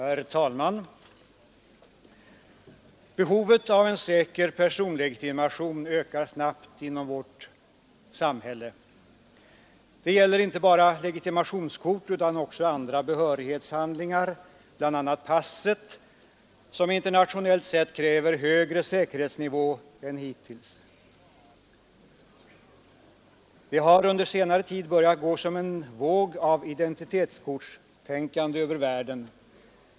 Herr talman! Behovet av personlegitimation ökar snabbt inom vårt samhälle. Det gäller inte bara legitimationskort utan också andra behörighetshandlingar, bl.a. passet, som internationellt sett kräver högre säkerhetsnivå än vad som hittills varit fallet. Det har under senare tid börjat gå som en våg av identitetskortstänkande över världen.